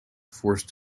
forced